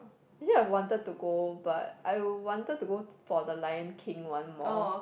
actually I wanted to go but I'll wanted to go for the lion-king one more